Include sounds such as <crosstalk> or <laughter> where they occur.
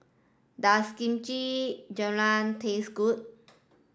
does Kimchi <unintelligible> taste good